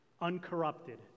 uncorrupted